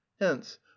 hence